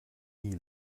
nie